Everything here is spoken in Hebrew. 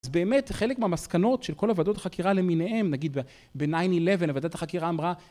אז באמת חלק מהמסקנות של כל הוועדות חקירה למיניהם, נגיד ב-9.11, וועדת החקירה אמרה,